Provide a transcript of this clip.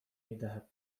میدهد